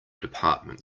department